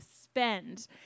spend